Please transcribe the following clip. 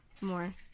More